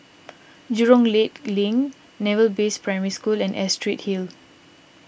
Jurong Lake Link Naval Base Primary School and Astrid Hill